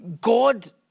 God